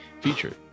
featured